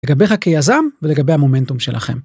לגביך כיזם ולגבי המומנטום שלכם.